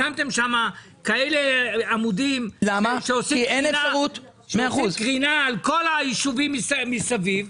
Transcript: שמתם כאלה עמודים שעושים קרינה על כל היישובים מסביב.